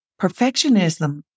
Perfectionism